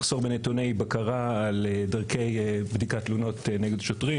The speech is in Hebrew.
מחסור בנתוני בקרה על דרכי בדיקת תלונות נגד שוטרים,